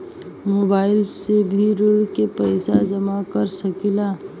Mobile से भी ऋण के पैसा जमा कर सकी ला?